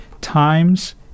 times